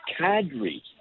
Cadre